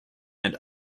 and